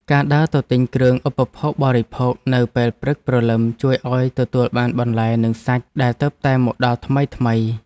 ការដើរទៅទិញគ្រឿងឧបភោគបរិភោគនៅពេលព្រឹកព្រលឹមជួយឱ្យទទួលបានបន្លែនិងសាច់ដែលទើបតែមកដល់ថ្មីៗ។